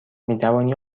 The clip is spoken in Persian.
میتوانی